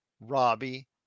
Robbie